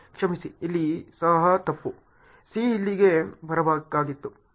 ಕ್ಷಮಿಸಿ ಇಲ್ಲಿ ಸಹ ತಪ್ಪು C ಇಲ್ಲಿಗೆ ಬರಬೇಕಾಗಿದೆ